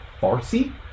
farsi